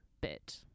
bit